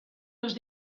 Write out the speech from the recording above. los